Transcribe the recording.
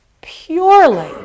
purely